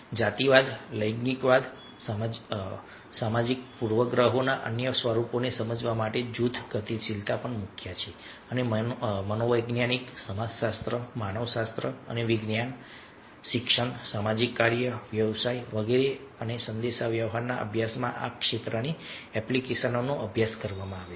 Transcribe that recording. જાતિવાદ લૈંગિકવાદ અને સામાજિક પૂર્વગ્રહોના અન્ય સ્વરૂપોને સમજવા માટે જૂથ ગતિશીલતા પણ મુખ્ય છે અને મનોવિજ્ઞાન સમાજશાસ્ત્ર માનવશાસ્ત્ર અને વિજ્ઞાન શિક્ષણ સામાજિક કાર્ય વ્યવસાય વગેરે અને સંદેશાવ્યવહાર અભ્યાસમાં આ ક્ષેત્રની એપ્લિકેશનોનો અભ્યાસ કરવામાં આવે છે